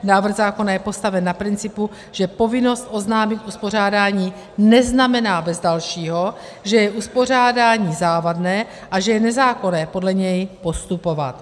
Návrh zákona je postaven na principu, že povinnost oznámit uspořádání neznamená bez dalšího, že je uspořádání závadné a že je nezákonné podle něj postupovat.